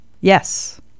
Yes